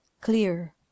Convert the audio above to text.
clear